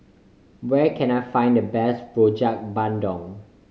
where can I find the best Rojak Bandung